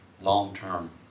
long-term